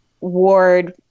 ward